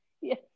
Yes